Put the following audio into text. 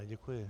Děkuji.